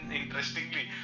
interestingly